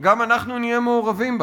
גם אנחנו נהיה מעורבים בה.